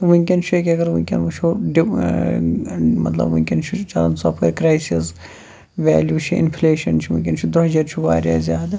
وُنکٮ۪ن چھُ یہِ کہِ اگر وُنکٮ۪ن وُچھَو ڈِ مطلب ونکٮ۪ن چھُ چلان ژۄپٲرۍ کرٛیسِز ویلیوٗ چھِ اِنٛفِلیشَن چھُ وُنکٮ۪ن چھُ درٛۅجَر چھُ واریاہ زیادٕ